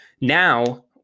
now